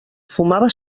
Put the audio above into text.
fumava